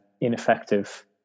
ineffective